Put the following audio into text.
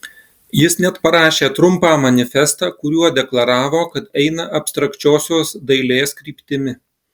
jis net parašė trumpą manifestą kuriuo deklaravo kad eina abstrakčiosios dailės kryptimi